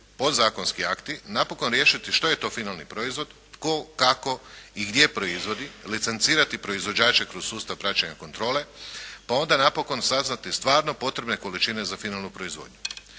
podzakonski akti napokon riješiti što je to finalni proizvod, tko, kako i gdje proizvodi, licencirati proizvođača kroz sustav praćenja kontrole. Pa onda napokon saznati stvarno potrebne količine za finalnu proizvodnju.